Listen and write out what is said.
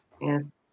Yes